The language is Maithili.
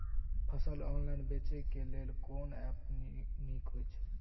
फसल ऑनलाइन बेचै केँ लेल केँ ऐप नीक होइ छै?